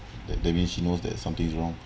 that that means she knows that something is wrong